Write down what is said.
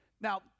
Now